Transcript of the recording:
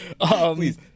Please